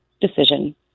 decision